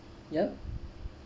yup